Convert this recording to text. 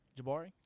Jabari